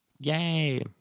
yay